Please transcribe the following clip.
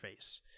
interface